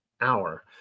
hour